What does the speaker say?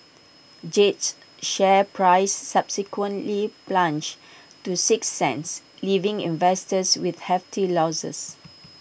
jade's share price subsequently plunged to six cents leaving investors with hefty losses